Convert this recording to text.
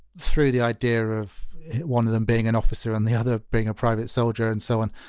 through the idea of one of them being an officer and the other being a private soldier and so on,